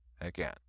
again